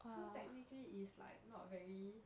so technically is like not very